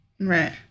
Right